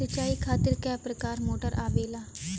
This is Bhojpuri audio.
सिचाई खातीर क प्रकार मोटर आवेला?